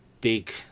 big